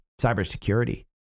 cybersecurity